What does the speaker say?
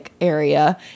area